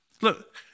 Look